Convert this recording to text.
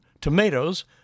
tomatoes